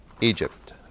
Egypt